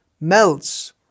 melts